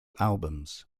albums